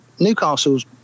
Newcastle's